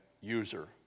user